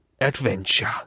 adventure